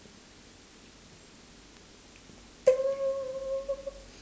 ding